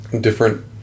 different